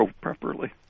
properly